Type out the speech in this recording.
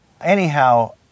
Anyhow